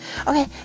Okay